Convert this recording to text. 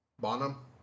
Bonham